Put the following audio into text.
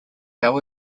how